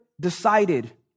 decided